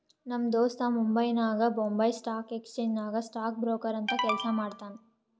ನಮ್ ದೋಸ್ತ ಮುಂಬೈನಾಗ್ ಬೊಂಬೈ ಸ್ಟಾಕ್ ಎಕ್ಸ್ಚೇಂಜ್ ನಾಗ್ ಸ್ಟಾಕ್ ಬ್ರೋಕರ್ ಅಂತ್ ಕೆಲ್ಸಾ ಮಾಡ್ತಾನ್